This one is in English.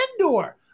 Endor